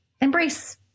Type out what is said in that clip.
embrace